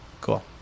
cool